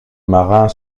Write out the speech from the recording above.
marin